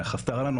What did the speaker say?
חסרים לנו